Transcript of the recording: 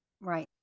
right